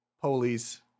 police